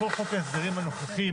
כל חוק ההסדרים הנוכחי,